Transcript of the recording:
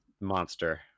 monster